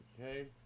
Okay